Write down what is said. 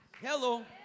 Hello